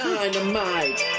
Dynamite